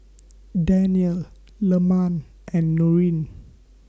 Danial Leman and Nurin